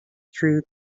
through